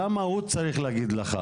אנחנו מתווכחים על ה-איך.